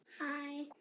Hi